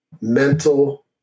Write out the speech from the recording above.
mental